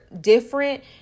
different